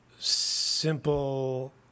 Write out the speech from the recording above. simple